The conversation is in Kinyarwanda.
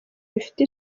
bifite